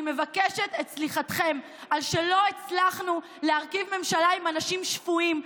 אני מבקשת את סליחתכם על שלא הצלחנו להרכיב ממשלה עם אנשים שפויים,